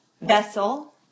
vessel